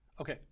Okay